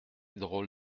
drôle